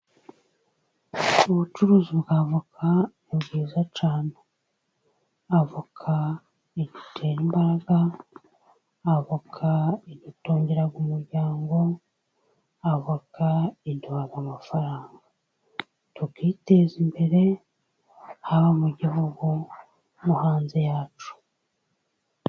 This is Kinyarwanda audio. Ubucuruzi bwa avoka ni bwiza cyane. Avoka idutera imbaraga, avoka idutungira umuryango, avoka iduba amafaranga. tukiteza imbere, haba mu gihugu no hanze yacyo.